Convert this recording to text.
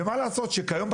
ומה לעשות שכיום,